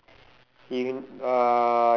in uh